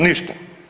Ništa.